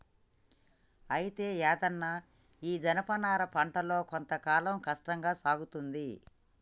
అయితే యాదన్న ఈ జనపనార పంటలో కొంత కాలం కష్టంగా సాగుతుంది